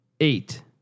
eight